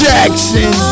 Jackson